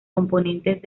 componentes